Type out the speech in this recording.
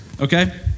okay